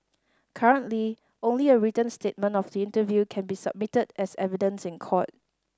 currently only a written statement of the interview can be submitted as evidence in court